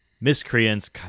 Miscreants